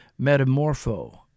metamorpho